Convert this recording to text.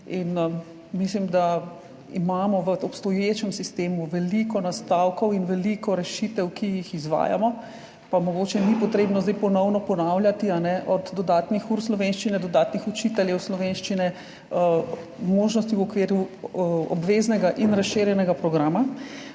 In mislim, da imamo v obstoječem sistemu veliko nastavkov in veliko rešitev, ki jih izvajamo, pa mogoče ni potrebno zdaj ponovno ponavljati, od dodatnih ur slovenščine, dodatnih učiteljev slovenščine, možnosti v okviru obveznega in razširjenega programa.